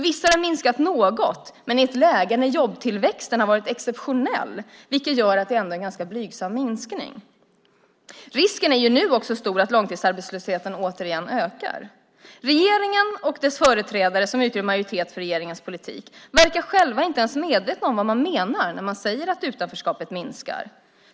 Visst har den minskat något, men i ett läge där jobbtillväxten har varit exceptionell är det ändå en ganska blygsam minskning. Risken är nu stor att långtidsarbetslösheten åter ökar. Regeringen och dess företrädare som utgör majoritet för regeringens politik verkar själva inte ens vara medvetna om vad man menar när man säger att utanförskapet minskar.